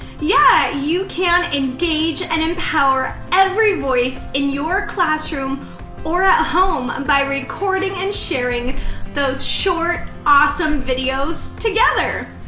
yeah, you can engage and empower every voice in your classroom or at home and by recording and sharing those short awesome videos together.